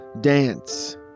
dance